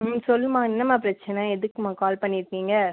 ம் சொல்லும்மா என்னம்மா பிரச்சனை எதுக்கும்மா கால் பண்ணியிருக்கீங்க